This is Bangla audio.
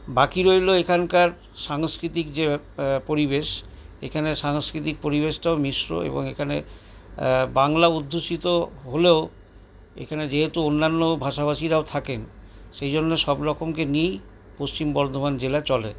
বাকি রইল এখানকার সাংস্কৃতিক যে পরিবেশ এখানের সাংস্কৃতিক পরিবেশটাও মিশ্র এবং এখানের বাংলা অধ্যুষিত হলেও এখানে যেহেতু অন্যান্য ভাষাভাষীরাও থাকেন সেইজন্য সবরকমকে নিয়েই পশ্চিম বর্ধমান জেলা চলে